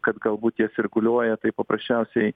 kad galbūt jie sirguliuoja tai paprasčiausiai